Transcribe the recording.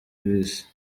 bisi